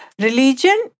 Religion